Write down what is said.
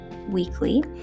weekly